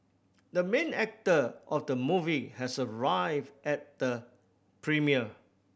the main actor of the movie has arrived at the premiere